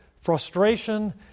frustration